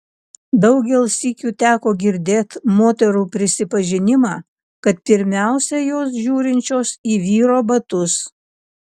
daugel sykių teko girdėt moterų prisipažinimą kad pirmiausia jos žiūrinčios į vyro batus